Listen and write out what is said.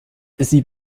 sie